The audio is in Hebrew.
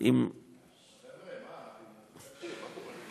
אלא גם כתחום של הכנסה לאומית, אנחנו רוצים לשמוע.